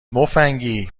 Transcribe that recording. مفنگی